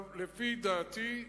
לפי דעתי,